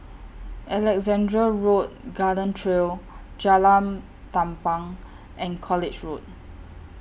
Alexandra Road Garden Trail Jalan Tampang and College Road